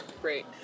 Great